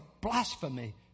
blasphemy